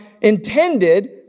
intended